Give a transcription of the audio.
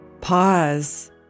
Pause